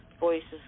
Voices